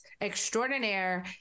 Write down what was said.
extraordinaire